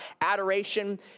adoration